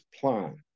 plan